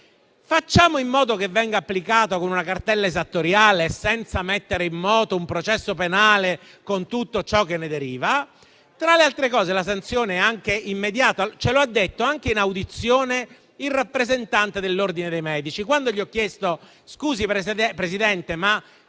facciamo in modo che venga applicata con una cartella esattoriale, senza mettere in moto un processo penale con tutto ciò che ne deriva. Tra l'altro, la sanzione è anche immediata, come ci ha anche detto in audizione il rappresentante dell'ordine dei medici: quando gli ho chiesto se, secondo